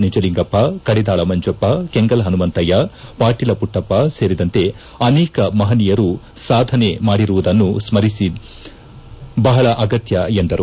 ನಿಜಲಿಂಗಪ್ಪ ಕಡಿದಾಳ ಮಂಜಪ್ಪ ಕೆಂಗಲ್ ಪನುಮಂತಯ್ಯ ಪಾಟೀಲ ಪುಟ್ಟಪ್ಪ ಸೇರಿದಂತೆ ಅನೇಕ ಮಹನೀಯರ ಸಾಧನೆ ಸ್ಮರಿಸುವುದು ಬಹಳ ಅಗತ್ತ ಎಂದರು